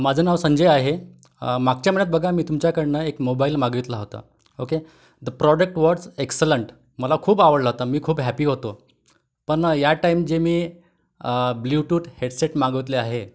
माझं नाव संजय आहे मागच्या महिन्यात बघा मी तुमच्याकडनं एक मोबाईल मागितला होता okay the product was excellent मला खूप आवडला होता मी खूप हॅपी होतो पण ना या टाईम जे मी ब्ल्यूटूथ हेडसेट मागितले आहे